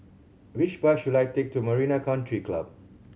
which bus should I take to Marina Country Club